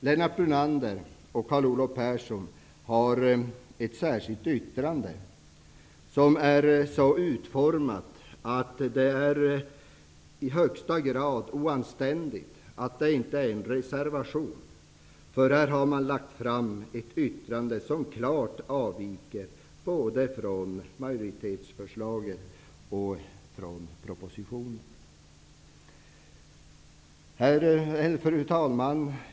Lennart Brunander och Carl Olov Persson har avgivit ett särskilt yttrande, som är så utformat att det i högsta grad är oanständigt att det inte är en reservation. Yttrandet avviker klart både från majoritetsförslaget och från propositionen. Fru talman!